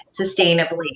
sustainably